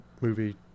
movie